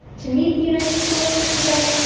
to meet the united steelworkers today,